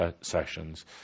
sessions